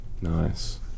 Nice